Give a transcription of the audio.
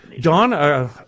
Don